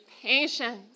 Patience